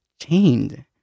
chained